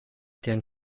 deren